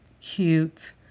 cute